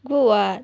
good [what]